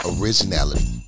originality